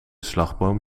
slagboom